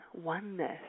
oneness